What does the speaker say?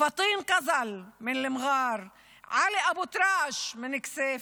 פטין קזל ממע'אר, עלי אבו טראש מכסייפה,